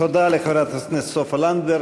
תודה לחברת הכנסת סופה לנדבר.